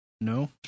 No